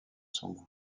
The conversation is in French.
sombre